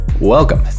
welcome